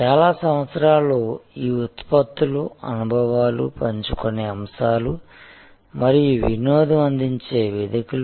చాలా సంవత్సరాలు ఈ ఉత్పత్తులు అనుభవాలు పంచుకునే అంశాలు మరియు వినోదం అందించే వేదికలు